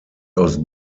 aus